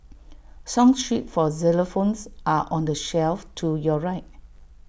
song sheet for xylophones are on the shelf to your right